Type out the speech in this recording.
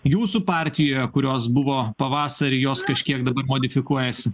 jūsų partijoje kurios buvo pavasarį jos kažkiek dabar modifikuojasi